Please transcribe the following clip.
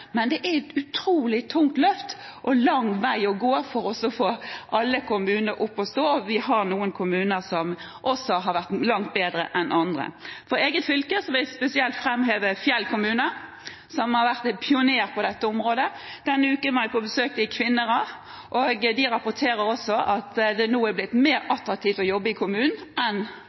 men det er et utrolig tungt løft som gjenstår og en lang vei å gå for å få alle kommuner opp og stå, og vi har noen kommuner som er langt bedre enn andre. I mitt eget fylke vil jeg spesielt framheve Fjell kommune, som har vært en pioner på dette området. Denne uken var jeg på besøk i Kvinnherad, og de rapporterer at det har blitt mer